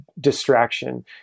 distraction